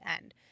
end